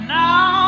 now